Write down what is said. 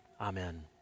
amen